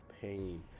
pain